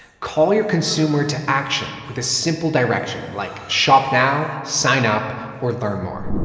call your consumer to action with a simple direction like shop now, sign up or learn more.